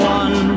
one